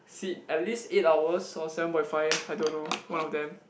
sleep at least eight hours or seven point five I don't know one of them